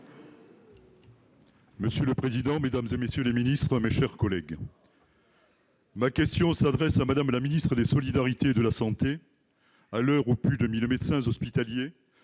Monsieur le président, mesdames, messieurs les ministres, mes chers collègues, ma question s'adressait à Mme la ministre des solidarités et de la santé, à l'heure où plus de 1 000 médecins hospitaliers,